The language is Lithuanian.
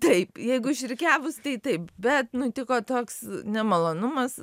taip jeigu išrikiavus tai taip bet nutiko toks nemalonumas